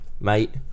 mate